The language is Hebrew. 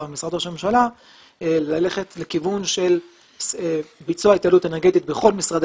ובמשרד ראש הממשלה ללכת לכיוון של ביצוע התייעלות אנרגטית בכל משרדי